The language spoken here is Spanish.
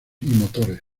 motores